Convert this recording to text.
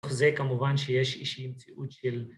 ‫זה כמובן שיש איש תיעוד של...